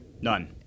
None